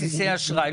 כרטיסי האשראי.